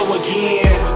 again